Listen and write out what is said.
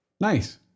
Nice